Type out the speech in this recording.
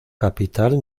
capital